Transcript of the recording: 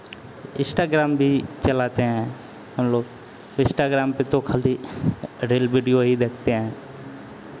Instagram भी चलाते हैं हम लोग इंस्टाग्राम पे तो खाली रील वीडियो ही देखते हैं